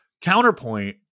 counterpoint